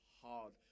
hard